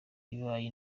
ibaye